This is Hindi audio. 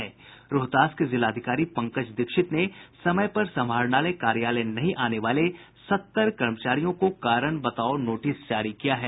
रोहतास के जिलाधिकारी पंकज दीक्षित ने समय पर समाहरणालय कार्यालय नहीं आने वाले सत्तर कर्मचारियों को कारण बताओ नोटिस जारी किया है